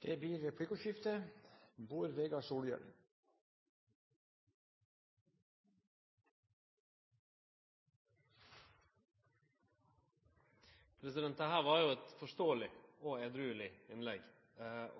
Det blir replikkordskifte. Dette var jo eit forståeleg og edrueleg innlegg